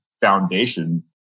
foundation